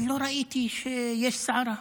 אבל לא ראיתי שיש סערה.